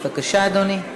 בבקשה, אדוני.